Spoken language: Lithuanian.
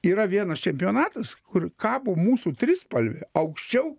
yra vienas čempionatas kur kabo mūsų trispalvė aukščiau